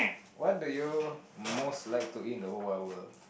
what do you most like to eat in the whole wide world